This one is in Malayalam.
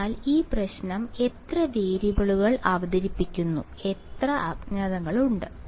അതിനാൽ ഈ പ്രശ്നം എത്ര വേരിയബിളുകൾ അവതരിപ്പിക്കുന്നു എത്ര അജ്ഞാതങ്ങളുണ്ട്